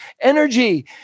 energy